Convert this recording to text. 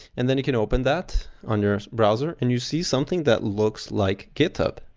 and then you can open that on your browser and you see something that looks like github.